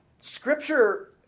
scripture